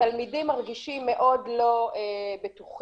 התלמידים מרגישים מאוד לא בטוחים